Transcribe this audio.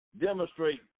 demonstrate